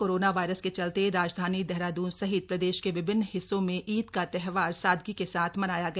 corona virus के चलते राजधानी देहरादून सहित प्रदेश के विभिन्न हिस्सों में ईद का त्योहार सादगी के साथ मनाया गया